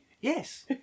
Yes